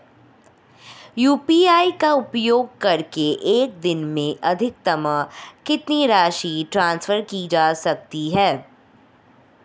UPI का उपयोग करके एक दिन में अधिकतम कितनी राशि ट्रांसफर की जा सकती है?